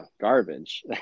garbage